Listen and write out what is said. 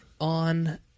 on